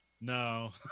no